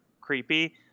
creepy